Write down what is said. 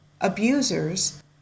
abusers